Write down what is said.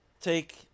take